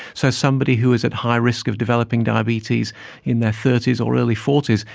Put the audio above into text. so somebody who was at high risk of developing diabetes in their thirty s or early forty s,